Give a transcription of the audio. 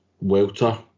Welter